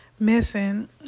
missing